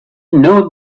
know